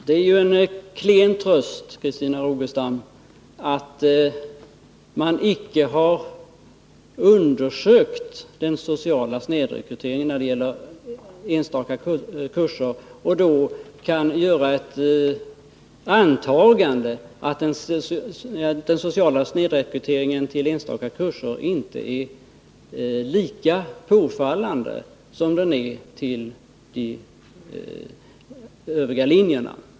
Det är ju en klen tröst, Christina Rogestam, att man icke har undersökt den sneda sociala rekryteringen när det gäller enstaka kurser och därför inte kan göra ett antagande om att snedrekryteringen när det gäller sådana kurser inte är lika påfallande som när det gäller de övriga linjerna.